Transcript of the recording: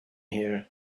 here